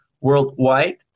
worldwide